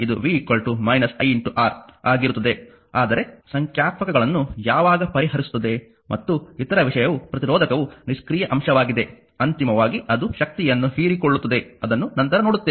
ಆದ್ದರಿಂದ ಇದು v iR ಆಗಿರುತ್ತದೆ ಆದರೆ ಸಂಖ್ಯಾತ್ಮಕಗಳನ್ನು ಯಾವಾಗ ಪರಿಹರಿಸುತ್ತದೆ ಮತ್ತು ಇತರ ವಿಷಯವು ಪ್ರತಿರೋಧಕವು ನಿಷ್ಕ್ರಿಯ ಅಂಶವಾಗಿದೆ ಅಂತಿಮವಾಗಿ ಅದು ಶಕ್ತಿಯನ್ನು ಹೀರಿಕೊಳ್ಳುತ್ತದೆ ಅದನ್ನು ನಂತರ ನೋಡುತ್ತೇವೆ